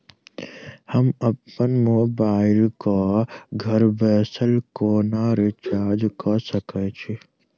हम अप्पन मोबाइल कऽ घर बैसल कोना रिचार्ज कऽ सकय छी?